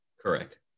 Correct